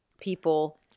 people